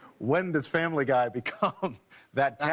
when this family guy become that